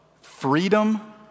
freedom